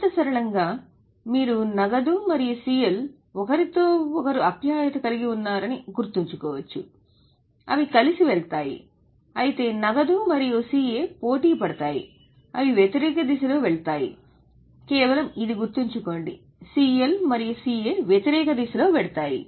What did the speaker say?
మరింత సరళంగా మీరు నగదు మరియు సిఎల్ ఒకరితో ఒకరు ఆప్యాయత కలిగి ఉన్నారని గుర్తుంచుకోవచ్చు అవి కలిసి వెళ్తాయి అయితే నగదు మరియు సిఎ పోటీ పడుతున్నాయి అవి వ్యతిరేక దిశలో వెళ్తాయి కేవలం ఇది గుర్తుంచుకోండి CL మరియు CA వ్యతిరేక దిశలో వెడతాయి